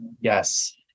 Yes